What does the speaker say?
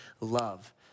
love